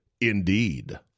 Indeed